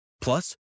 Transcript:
Plus